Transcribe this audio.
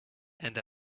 and